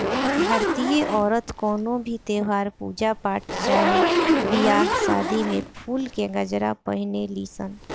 भारतीय औरत कवनो भी त्यौहार, पूजा पाठ चाहे बियाह शादी में फुल के गजरा पहिने ली सन